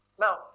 Now